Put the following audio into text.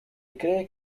cree